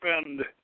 spend